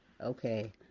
Okay